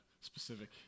specific